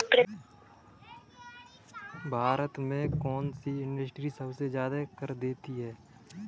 भारत में कौन सी इंडस्ट्री सबसे ज्यादा कर देती है?